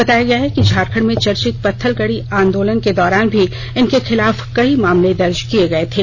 बताया गया है कि झारखंड में चर्चित पत्थलगड़ी आंदोलन के दौरान भी इनके खिलाफ कई मामले दर्ज किये गये थे